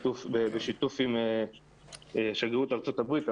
בשיתוף עם שגרירות ארצות הברית.